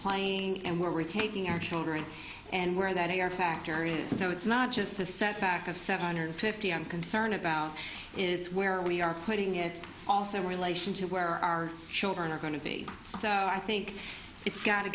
playing and where we're taking our children and where that are fact areas so it's not just a set back of seven hundred fifty i'm concerned about is where we are putting it also relation to where our children are going to be so i think it's got to